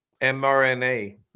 MRNA